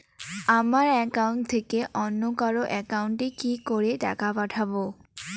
আমার একাউন্ট থেকে অন্য কারো একাউন্ট এ কি করে টাকা পাঠাবো?